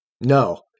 No